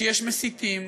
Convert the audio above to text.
שיש מסיתים,